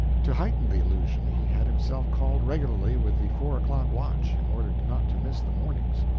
to heighten the illusion he had himself called regularly with the four-o'clock watch, in order not to miss the mornings.